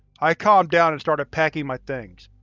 i calmed down and started packing my things.